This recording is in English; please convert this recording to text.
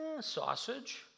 sausage